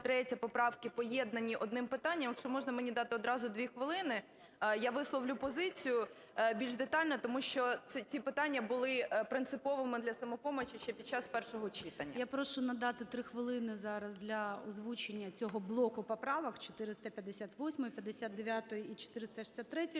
Я прошу надати хвилини зараз для озвучення цього блоку поправок: 458-ї, 459-ї і 463-ї.